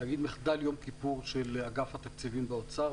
מחדל יום כיפור של אגף התקציבים באוצר,